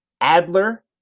adler